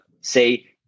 say